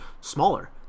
smaller